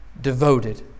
Devoted